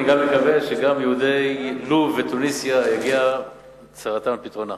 אני גם מקווה שגם יהודי לוב ותוניסיה תגיע צרתם לפתרונה.